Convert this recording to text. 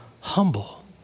humble